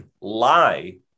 lie